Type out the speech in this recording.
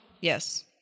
Yes